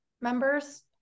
members